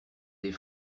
des